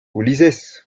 ulises